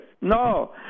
No